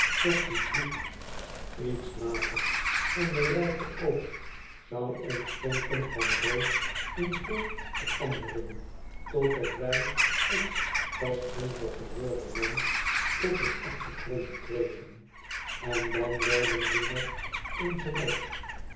weg zien vliegen iets later en de rijpe oogst zou onze vonken van rood in geel veranderen totdat wij t pas donker geworden land tot een achtergrond kregen en dan werden ze nog eens rood